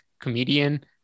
comedian